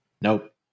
Nope